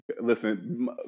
Listen